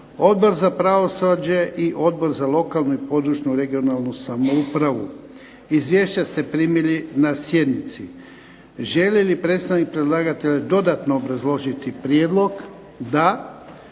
Odbor za pravosuđe i Odbor za lokalnu i područnu (regionalnu) samoupravu. Izvješća ste primili na sjednici. Želi li predstavnik predlagatelja dodatno obrazložiti prijedlog? Da.